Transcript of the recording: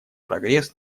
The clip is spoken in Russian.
прогресс